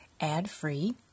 ad-free